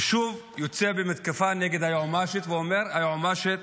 ושוב יוצא במתקפה נגד היועמ"שית, ואומר: היועמ"שית